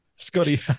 Scotty